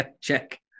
Check